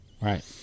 Right